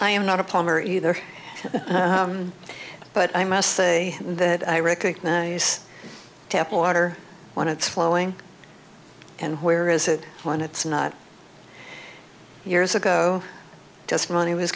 i am not a plumber either but i must say that i recognize tap water when it's flowing and where is it when it's not years ago just money was